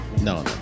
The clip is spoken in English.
no